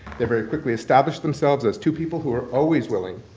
they very quickly established themselves as two people who are always willing,